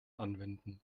anwenden